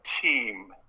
team